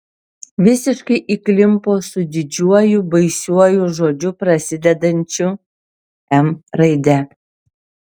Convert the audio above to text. visiškai įklimpo su didžiuoju baisiuoju žodžiu prasidedančiu m raide